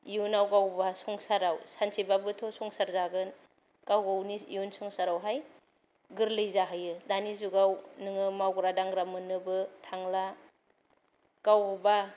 इयुनाव गाव गावहा संसाराव सानसेबाबोथ' संसार जागोन गाव गावनि इयुन संसारावहाय गोर्लै जाहैयो दानि जुगाव नोङो मावग्रा दांग्रा मोननोबो थांला गावबा